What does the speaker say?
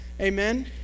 Amen